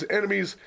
enemies